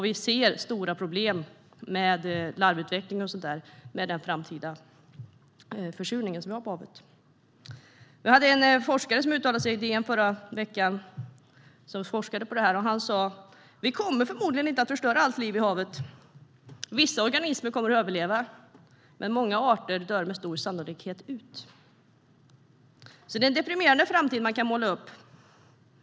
Vi ser stora problem med larvutveckling och sådant med den framtida försurningen som vi har i havet. En forskare som forskade på detta och som uttalade sig i DN förra veckan sa: Vi kommer förmodligen inte att förstöra allt liv i havet. Vissa organismer kommer att överleva. Men många arter dör med stor sannolikhet ut. Det är en deprimerande framtid man kan måla upp.